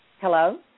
hello